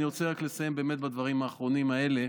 אני רוצה רק לסיים בדברים האחרונים האלה.